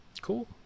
cool